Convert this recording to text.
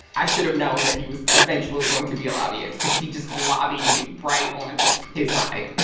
i should have known that he was eventually going to be a lobbyist cause he just lobbied me right onto his side